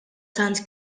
tant